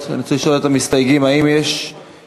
אני רוצה לשאול את המסתייגים: האם יש שינויים?